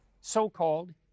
so-called